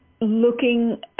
looking